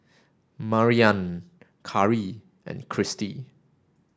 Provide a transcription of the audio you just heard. Mariann Carri and Cristy